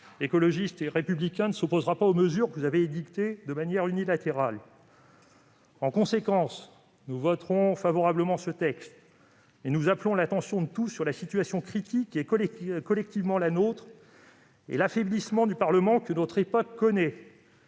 Écologiste et Républicain ne s'opposera pas aux mesures que vous avez édictées de manière unilatérale. En conséquence, nous voterons favorablement ce texte, mais nous appelons l'attention de tous sur la situation critique qui est collectivement la nôtre et sur l'affaiblissement du Parlement que notre époque connaît.